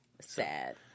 Sad